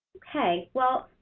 okay. well,